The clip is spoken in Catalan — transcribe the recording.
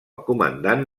comandant